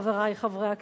חברי חברי הכנסת.